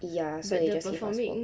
ya so they just give us work